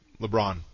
LeBron